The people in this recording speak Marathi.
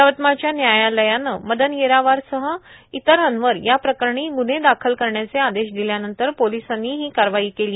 यवतमाळच्या न्यायालयानं मदन येरावारसह इतरांवर या प्रकरणी गुन्हे दाखल करण्याचे आदेश दिल्यानंतर पोलिसांनी ही कारवाई केली